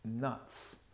nuts